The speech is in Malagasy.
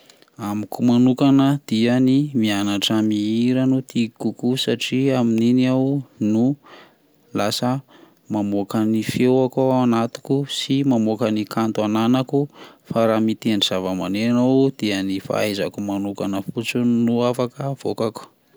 Amiko manokana dia ny mianatra mihira no tiko kokoa satria amin'iny aho no lasa mamoka ny feako ao anatiko sy mamoka ny kanto ananako, fa raha mitendry zavamaneno aho dia ny fahaizako manokana fotsiny no avoakako.